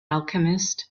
alchemist